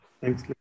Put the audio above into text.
Thanks